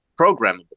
programmable